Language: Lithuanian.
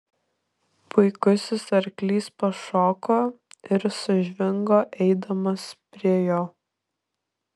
puikusis arklys pašoko ir sužvingo eidamas prie jo